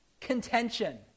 contention